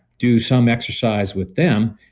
do some exercise with them,